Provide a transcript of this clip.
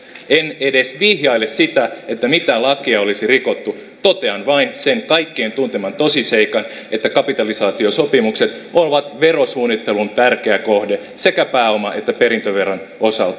en edes vihjaile sitä että mitään lakia olisi rikottu totean vain sen kaikkien tunteman tosiseikan että kapitalisaatiosopimukset ovat verosuunnittelun tärkeä kohde sekä pääoma että perintöveron osalta